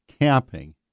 camping